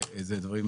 שואל.